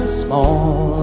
small